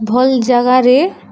ଭଲ ଜାଗାରେ